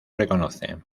reconoce